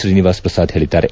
ಶ್ರೀನಿವಾಸ್ ಪ್ರಸಾದ್ ಹೇಳಿದ್ದಾರೆ